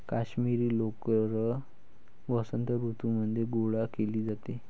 काश्मिरी लोकर वसंत ऋतूमध्ये गोळा केली जाते